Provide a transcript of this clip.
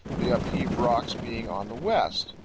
the upheaved rocks being on the west.